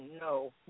no